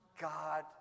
God